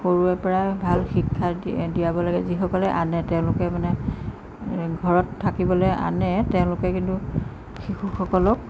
সৰুৰে পৰা ভাল শিক্ষা দি দিয়াব লাগে যিসকলে আনে তেওঁলোকে মানে ঘৰত থাকিবলৈ আনে তেওঁলোকে কিন্তু শিশুসকলক